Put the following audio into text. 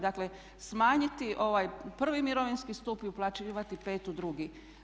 Dakle, smanjiti ovaj prvi mirovinski stup i uplaćivati 5 u drugi.